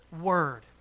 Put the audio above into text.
word